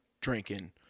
Drinking